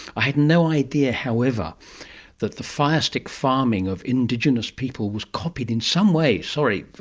i had no idea however that the fire-stick farming of indigenous people was copied in some way, sorry,